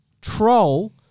Troll